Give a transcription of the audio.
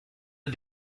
eux